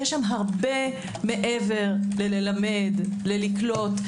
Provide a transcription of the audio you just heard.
יש שם הרבה מעבר ללמד, ללקלוט.